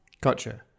Gotcha